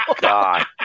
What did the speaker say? God